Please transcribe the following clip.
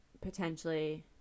Potentially